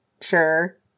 sure